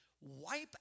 wipe